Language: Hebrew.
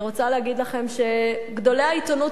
אני רוצה להגיד לכם שגדולי העיתונות